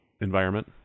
environment